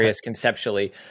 conceptually